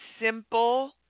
simple